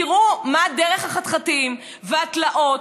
תראו מהי דרך החתחתים והתלאות.